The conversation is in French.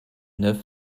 neuf